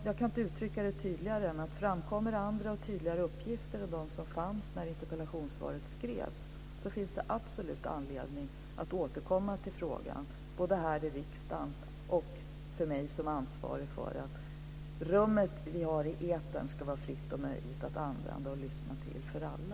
Jag kan inte uttrycka det tydligare än att det, om det framkommer andra och tydligare uppgifter än de uppgifter som fanns när interpellationssvaret skrevs, absolut finns anledning att återkomma till frågan här i riksdagen och för mig som ansvarig för att det rum som vi har i etern ska vara fritt och möjligt att använda och lyssna till för alla.